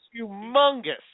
humongous